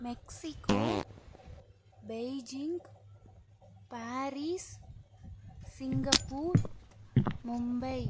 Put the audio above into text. Mexico Beijing Paris Singapore Mumbai